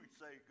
say